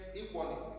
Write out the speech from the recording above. equally